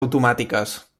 automàtiques